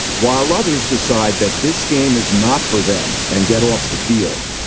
while others decide that this game is not for them, and get off the field.